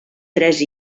tres